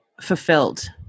fulfilled